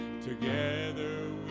together